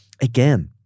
again